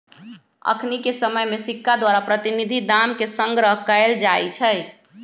अखनिके समय में सिक्का द्वारा प्रतिनिधि दाम के संग्रह कएल जाइ छइ